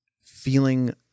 feeling